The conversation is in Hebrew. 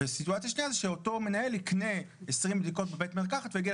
וסיטואציה שנייה זה שאותו מנהל יקנה 20 בדיקות בבית מרקחת ויגיד,